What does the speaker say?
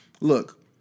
look